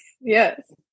Yes